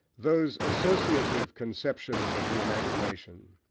those associative conceptions of the imagination,